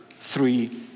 three